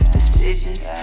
Decisions